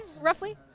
roughly